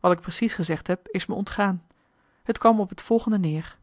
wat ik precies gezegd heb is me ontgaan het kwam op het volgende neer